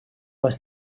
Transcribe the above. was